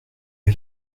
est